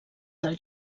del